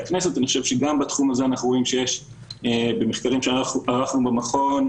מדוברים בחברה האזרחית אבל גם מחברי הכנסת,